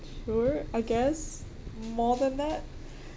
sure I guess more than that